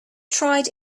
tried